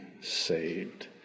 saved